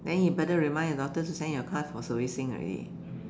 then you better remind your daughter to send your car for servicing already